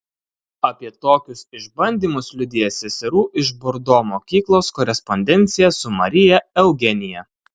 apie tokius išbandymus liudija seserų iš bordo mokyklos korespondencija su marija eugenija